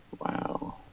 Wow